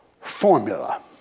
formula